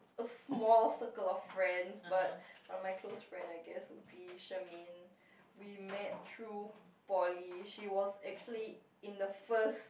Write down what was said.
a small circle of friends but but my close friend I guess would be Shermaine we met through poly she was actually in the first